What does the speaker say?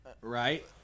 Right